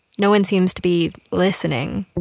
no one seems to be listening.